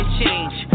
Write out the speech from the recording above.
change